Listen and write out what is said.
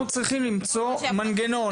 אנחנו צריכים למצוא מנגנון,